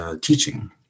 teaching